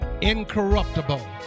incorruptible